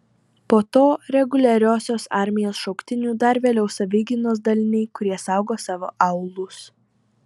po to reguliariosios armijos šauktinių dar vėliau savigynos daliniai kurie saugo savo aūlus